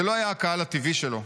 זה לא היה הקהל הטבעי שלו.